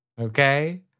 okay